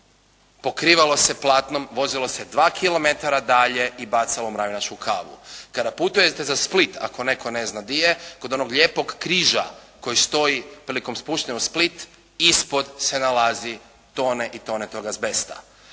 Pokrivalo se platnom, vozilo se dva kilometra dalje i bacalo u Mravinačku kavu. Kada putujete za Split ako netko ne zna di je kod onog lijepog križa koji stoji prilikom spuštanja u Split ispod se nalazi tone i tone tog azbesta.